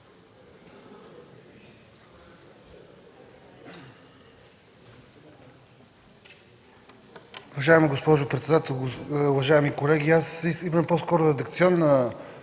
Уважаема госпожо председател, уважаеми колеги! Аз имам по-скоро редакционно